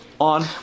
on